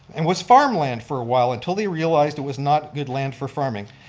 and was farmland for a while until they realized it was not good land for farming.